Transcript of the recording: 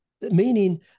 meaning